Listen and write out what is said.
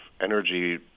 energy